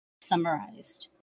summarized